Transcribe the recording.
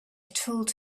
told